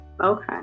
Okay